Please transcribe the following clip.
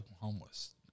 homeless